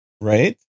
Right